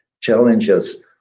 challenges